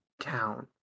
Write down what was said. town